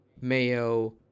mayo